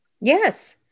Yes